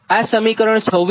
આ સમીકરણ 26 છે